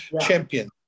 Champion